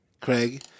Craig